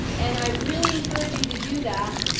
and i really encourage you to do that,